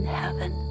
heaven